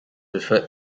referred